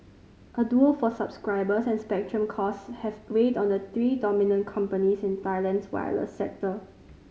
a duel for subscribers and spectrum costs have weighed on the three dominant companies in Thailand's wireless sector